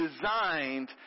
designed